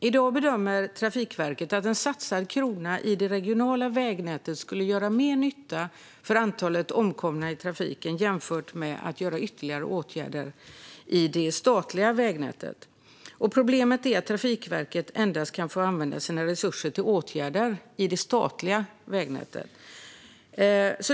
I dag bedömer Trafikverket att en satsad krona i det regionala vägnätet skulle göra mer nytta för antalet omkomna i trafiken jämfört med att vidta ytterligare åtgärder i det statliga vägnätet. Problemet är att Trafikverket endast får använda sina resurser till åtgärder i det statliga vägnätet.